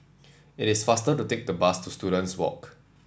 it is faster to take the bus to Students Walk